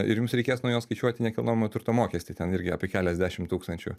ir jums reikės nuo jo skaičiuot nekilnojamo turto mokestį ten irgi apie keliasdešim tūkstančių